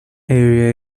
area